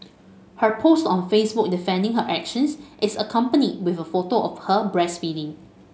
her post on Facebook defending her actions is accompanied with a photo of her breastfeeding